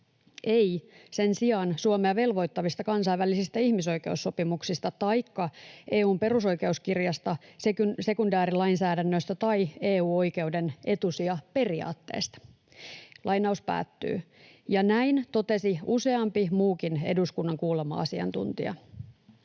ei sen sijaan Suomea velvoittavista kansainvälisistä ihmisoikeussopimuksista taikka EU:n perusoikeuskirjasta, sekundäärilainsäädännöstä tai EU-oikeuden etusijaperiaatteesta”. Näin totesi useampi muukin eduskunnan kuulema asiantuntija.